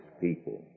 people